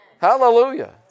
Hallelujah